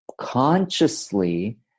consciously